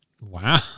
Wow